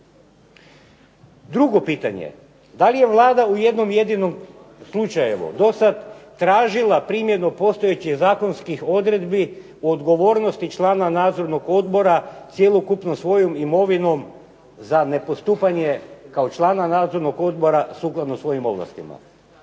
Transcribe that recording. Drugo pitanje, da li je Vlada u jednom jedinom slučaju do sada tražila primjenu postojećih zakonskih odredbi o odgovornosti člana nadzornog odbora cjelokupnom svojom imovinom za nepostupanje kao člana nadzornog odbora sukladno svojim ovlastima.